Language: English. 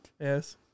Yes